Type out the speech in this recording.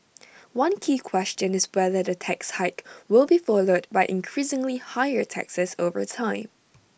one key question is whether the tax hike will be followed by increasingly higher taxes over time